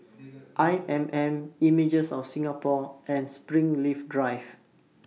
I M M Images of Singapore and Springleaf Drive